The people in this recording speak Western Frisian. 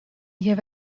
hjir